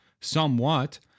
somewhat